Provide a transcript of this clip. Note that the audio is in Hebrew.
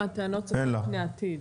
--- צופן לעתיד.